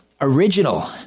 original